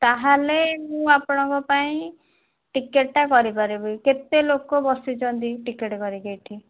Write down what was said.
ତାହେଲେ ମୁଁ ଆପଣଙ୍କ ପାଇଁ ଟିକେଟ୍ ଟା କରିପାରିବି କେତେ ଲୋକ ବସିଛନ୍ତି ଟିକେଟ୍ କରିକି ଏଠି